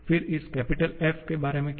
फिर इस capital F के बारे में क्या